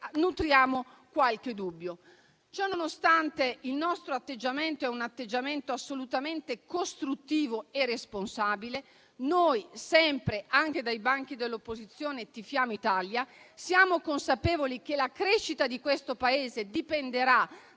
sullo Stretto. Ciò nonostante, il nostro atteggiamento è assolutamente costruttivo e responsabile. Noi sempre, anche dai banchi dell'opposizione, tifiamo Italia. Siamo consapevoli che la crescita di questo Paese dipenderà